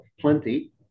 plenty